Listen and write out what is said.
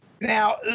Now